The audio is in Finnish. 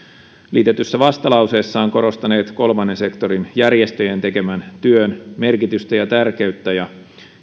liitetyssä vastalauseessaan korostaneet kolmannen sektorin järjestöjen tekemän työ merkitystä ja tärkeyttä ja